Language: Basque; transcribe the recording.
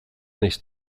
naiz